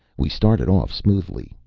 we started off smoothly.